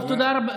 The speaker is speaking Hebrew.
טוב, תודה רבה.